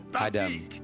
Adam